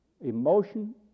Emotion